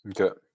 Okay